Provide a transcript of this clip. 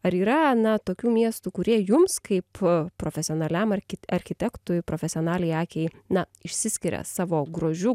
ar yra na tokių miestų kurie jums kaip profesionaliam arki architektui profesionaliai akiai na išsiskiria savo grožiu